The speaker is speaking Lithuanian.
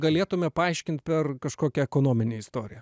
galėtume paaiškint per kažkokią ekonominę istoriją